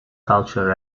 culture